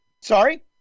Sorry